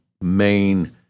main